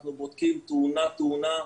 אנחנו בודקים תאונה תאונה,